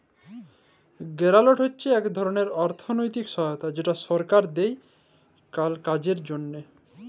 গেরালট হছে ইক ধরলের আথ্থিক সহায়তা যেট সরকার দেই কল কাজের জ্যনহে